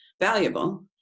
valuable